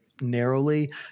narrowly